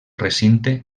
recinte